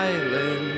Island